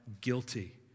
guilty